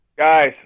Guys